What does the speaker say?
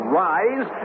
rise